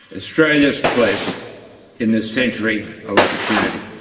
australia's place in this century of opportunity.